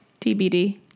TBD